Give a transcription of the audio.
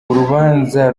urubanza